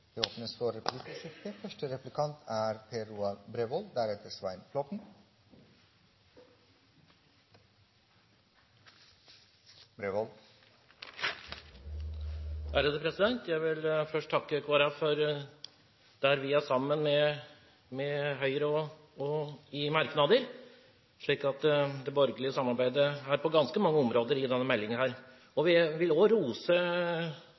Det åpnes for replikkordskifte. Jeg vil først takke Kristelig Folkeparti for de merknadene vi, og Høyre, er sammen om, slik at det borgerlige samarbeidet finnes på mange områder i denne meldingen. Jeg vil også rose